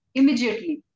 immediately